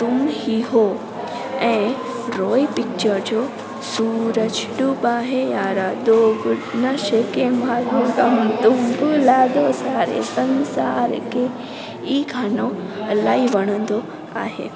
तुम ही हो ऐं रॉय जो ई गानो इलाही वणंदो आहे